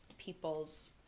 people's